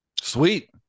Sweet